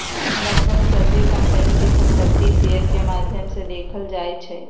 लगभग सभ्भे कम्पनी के संपत्ति शेयर के माद्धम से देखल जाई छई